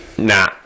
nah